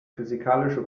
physikalische